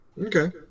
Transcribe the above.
Okay